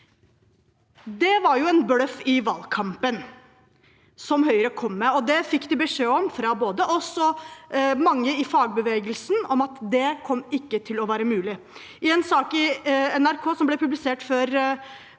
Det var en bløff Høyre kom med i valgkampen, og de fikk beskjed fra både oss og mange i fagbevegelsen om at det ikke kom til å være mulig. I en sak i NRK som ble publisert før